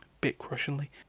bit-crushingly